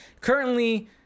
Currently